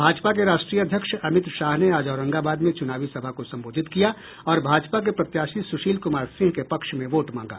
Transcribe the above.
भाजपा के राष्ट्रीय अध्यक्ष अमित शाह ने आज औरंगाबाद में चूनावी सभा को संबोधित किया और भाजपा के प्रत्याशी सुशील कुमार सिंह के पक्ष में वोट मांगा